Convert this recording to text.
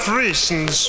reasons